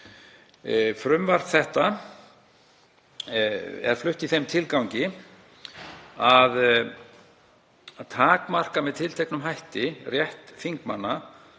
Frumvarp þetta er flutt í þeim tilgangi að takmarka með tilteknum hætti rétt þingmanna